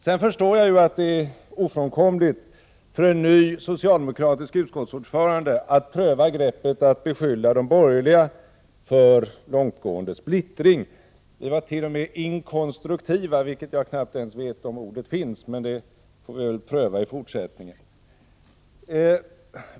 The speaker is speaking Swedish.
Jag förstår att det är ofrånkomligt för en ny socialdemokratisk utskottsordförande att pröva greppet att beskylla de borgerliga för långtgående splittring. Vi var t.o.m. inkonstruktiva — jag vet knappt om det ordet finns — men vi får väl pröva det i fortsättningen.